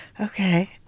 Okay